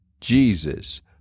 Jesus